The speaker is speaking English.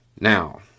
Now